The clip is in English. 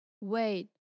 Wait